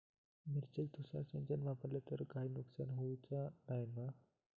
मिरचेक तुषार सिंचन वापरला तर काय नुकसान होऊचा नाय मा?